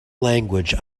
language